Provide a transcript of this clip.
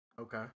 Okay